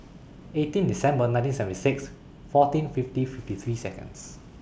eighteen December nineteen seventy six fourteen fiftieth fifty three Seconds